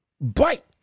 bite